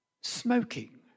smoking